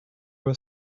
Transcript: were